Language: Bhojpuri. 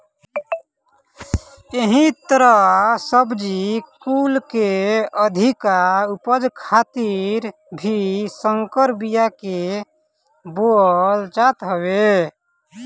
एही तहर सब्जी कुल के अधिका उपज खातिर भी संकर बिया के बोअल जात हवे